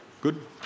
good